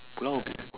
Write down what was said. pulau ubin